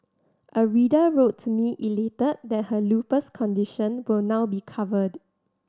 a reader wrote to me elated that her lupus condition will now be covered